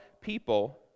people